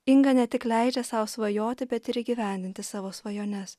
inga ne tik leidžia sau svajoti bet ir įgyvendinti savo svajones